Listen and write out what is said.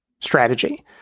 strategy